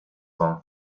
von